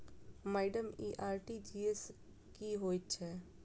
Madam इ RTGS की होइ छैय?